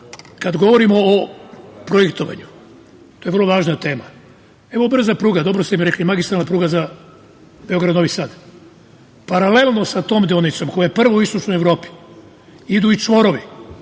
govorimo o projektovanju, to je vrlo važna tema, evo, brza pruga, dobro ste mi rekli, magistralna pruga Beograd-Novi Sad. Paralelno sa tom deonicom, koja je prva u istočnoj Evropi, idu i čvorovi